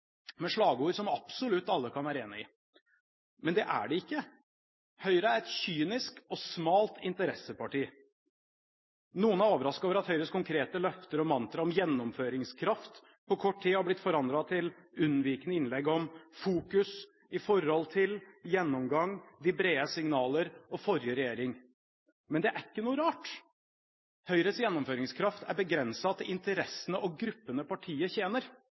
slagord som absolutt alle kan være enig i. Men det er de ikke. Høyre er et kynisk og smalt interesseparti. Noen er overrasket over at Høyres konkrete løfter og mantra om gjennomføringskraft, på kort tid har blitt forvandlet til unnvikende innlegg om «fokus», «i forhold til», «gjennomgang», «de brede signaler» og «forrige regjering». Men det er ikke noe rart. Høyres gjennomføringskraft er begrenset til interessene og gruppene partiet tjener.